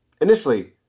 Initially